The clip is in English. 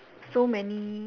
so many